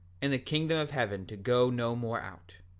in the kingdom of heaven to go no more out.